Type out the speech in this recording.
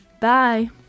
bye